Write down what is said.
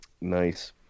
Nice